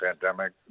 pandemic